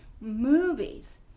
movies